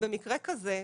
ובמקרה כזה,